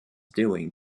doing